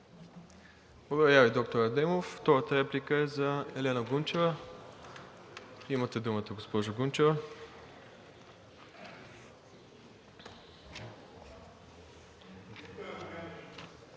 Благодаря Ви, доктор Адемов. Втората реплика е за Елена Гунчева – имате думата. ЕЛЕНА ГУНЧЕВА